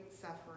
suffering